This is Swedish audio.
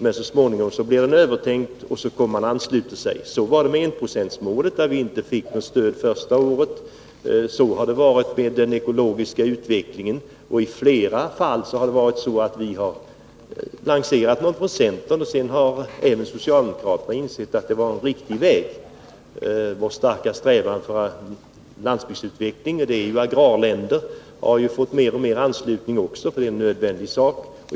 Men så småningom blir den övertänkt, och så får man anslutning. Så var det med enprocentsmålet; vi fick inte stöd första året. Så har det också varit med den ekologiska utvecklingen. I flera fall har vi lanserat ett förslag från centern, och sedan har även socialdemokraterna insett att det var en riktig väg. Vår starka strävan för landsbygdsutvecklingen i agrarländer har ju fått mer och mer anslutning, för det gäller en nödvändig sak.